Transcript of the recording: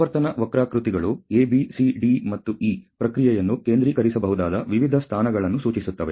ಆವರ್ತನ ವಕ್ರಾಕೃತಿಗಳು A B C D ಮತ್ತು E ಪ್ರಕ್ರಿಯೆಯನ್ನು ಕೇಂದ್ರೀಕರಿಸಬಹುದಾದ ವಿವಿಧ ಸ್ಥಾನಗಳನ್ನು ಸೂಚಿಸುತ್ತವೆ